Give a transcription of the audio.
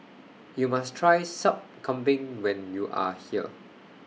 YOU must Try Sup Kambing when YOU Are here